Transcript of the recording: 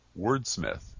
wordsmith